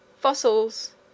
Fossils